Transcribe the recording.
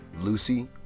Lucy